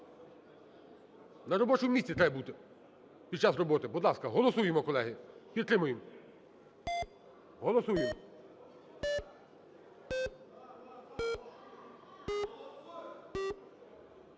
На робочому місці треба бути під час роботи. Будь ласка, голосуємо, колеги, підтримуємо. Голосуємо.